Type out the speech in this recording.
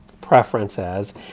preferences